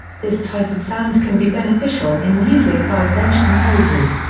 this type of sound can be beneficial in music by french composers,